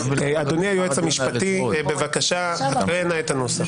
אדוני היועץ המשפטי, בבקשה, הקרא נא את הנוסח.